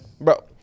Bro